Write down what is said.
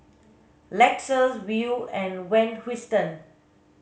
Lexus Viu and Van Houten